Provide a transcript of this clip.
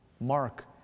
Mark